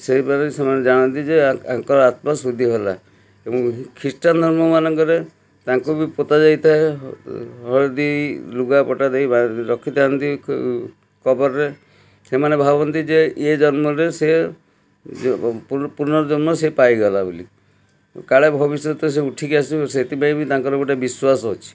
ସେହିପରି ସେମାନେ ଜାଣନ୍ତି ଯେ ଆଙ୍କର ଆତ୍ମା ସୁଧି ହେଲା ଏବଂ ଖ୍ରୀଷ୍ଟିୟାନ୍ ଧର୍ମ ମାନଙ୍କରେ ତାଙ୍କୁ ବି ପୋତା ଯାଇଥାଏ ହଳଦୀ ଲୁଗାପଟା ଦେଇ ବାରିରେ ରଖିଥାନ୍ତି କବରରେ ସେମାନେ ଭାବନ୍ତି ଯେ ଇଏ ଜନ୍ମରେ ସିଏ ପୁର୍ନଜନ୍ମ ସେ ପାଇଗଲା ବୋଲି କାଳେ ଭବିଷ୍ୟତରେ ସେ ଉଠିକି ଆସିବ ସେଥିପାଇଁ ବି ତାଙ୍କର ଗୋଟେ ବିଶ୍ୱାସ ଅଛି